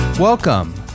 Welcome